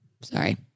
Sorry